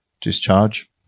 discharge